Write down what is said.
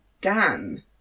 Dan